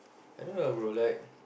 I mean like bro like